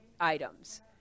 items